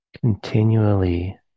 continually